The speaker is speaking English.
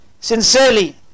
sincerely